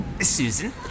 Susan